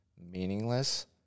meaningless